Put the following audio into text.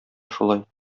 шулай